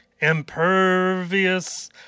impervious